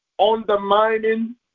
Undermining